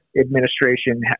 administration